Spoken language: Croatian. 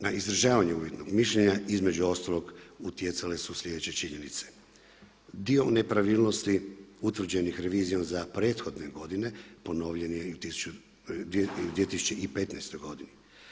Na izražavanje uvjetnog mišljenja između ostalog utjecale su slijedeće činjenice, dio nepravilnosti utvrđenih revizijom za prethodne godine ponovljen je i 2015. godine.